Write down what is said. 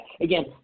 again